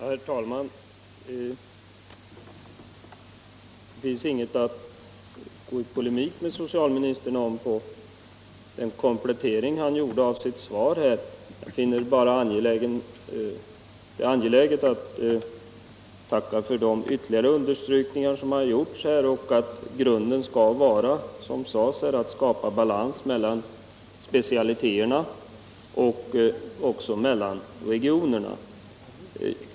Herr talman! Det finns inget att gå i polemik med socialministern om efter den komplettering han nu gjort av sitt svar. Jag finner det bara angeläget att tacka för de ytterligare understrykningar som har gjorts att grunden skall vara att skapa balans mellan specialiteterna och även mellan regionerna.